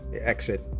exit